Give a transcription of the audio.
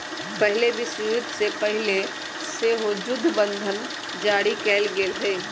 पहिल विश्वयुद्ध से पहिले सेहो जुद्ध बंधन जारी कयल गेल हइ